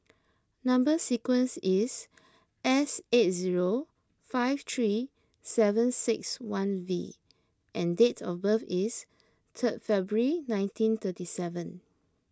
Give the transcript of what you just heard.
Number Sequence is S eight zero five three seven six one V and date of birth is third February nineteen thirty seven